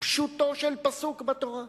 פשוטו של פסוק בתורה: